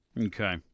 Okay